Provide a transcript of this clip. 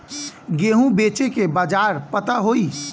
गेहूँ बेचे के बाजार पता होई?